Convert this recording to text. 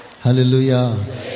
Hallelujah